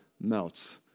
melts